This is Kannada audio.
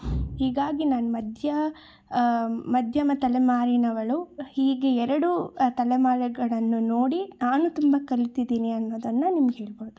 ಹೀಗಾಗಿ ನಾನು ಮಧ್ಯೆ ಮಧ್ಯಮ ತಲೆಮಾರಿನವಳು ಹೀಗೆ ಎರಡೂ ತಲೆಮಾರುಗಳನ್ನು ನೋಡಿ ನಾನು ತುಂಬ ಕಲ್ತಿದ್ದೀನಿ ಅನ್ನೋದನ್ನು ನಿಮ್ಗೆ ಹೇಳ್ಬೋದು